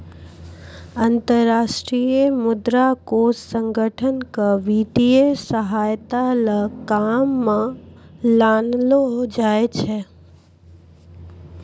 अन्तर्राष्ट्रीय मुद्रा कोष संगठन क वित्तीय सहायता ल काम म लानलो जाय छै